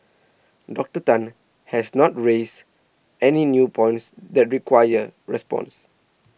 Doctor Tan has not raised any new points that require response